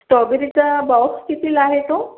स्टॉबेरीचा box कितीला आहे तो